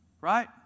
right